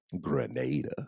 Grenada